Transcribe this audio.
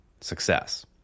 success